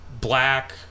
Black